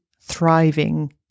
thriving